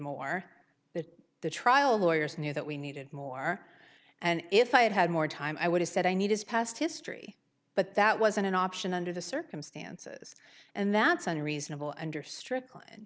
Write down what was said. more the trial lawyers knew that we needed more and if i had had more time i would have said i need his past history but that wasn't an option under the circumstances and that's unreasonable under stric